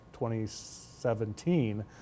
2017